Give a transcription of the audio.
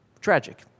Tragic